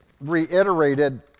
reiterated